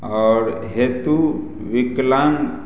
आओर हेतु विकलांगता